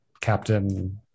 Captain